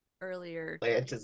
earlier